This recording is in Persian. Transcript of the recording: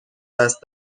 دست